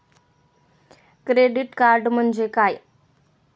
Credit card म्हणजे काय?